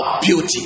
beauty